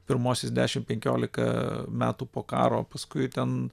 pirmuosius dešimt penkiolika metų po karo paskui ten